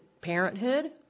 parenthood